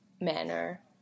manner